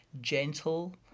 gentle